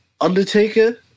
Undertaker